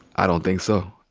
i don't think so.